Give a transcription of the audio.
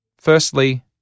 Firstly